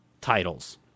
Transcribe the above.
titles